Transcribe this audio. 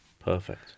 perfect